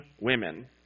women